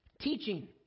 Teaching